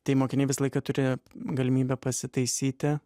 tai mokiniai visą laiką turi galimybę pasitaisyti